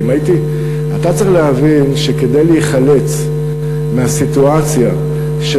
אתה צריך להבין שכדי להיחלץ מהסיטואציה של